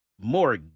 more